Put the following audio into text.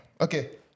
Okay